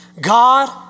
God